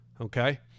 Okay